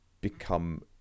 become